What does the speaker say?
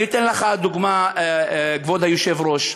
אני אתן לך דוגמה, כבוד היושב-ראש: